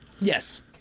Yes